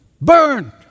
Burned